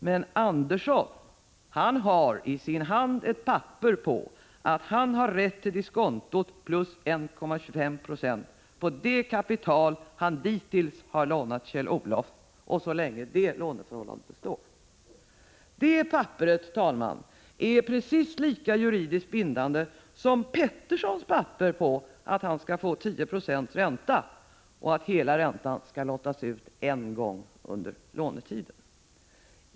Men Andersson har i sin hand ett papper där det står att han så länge låneförhållandet b:står har rätt till diskontot plus 1,25 96 på det kapital han dittills har lånat Kjell-Olof. Det papperet är precis lika juridiskt bindande som Petterssons papper på att han skall få 10 26 ränta och att hela räntan skall lottas ut en gång under lånetiden.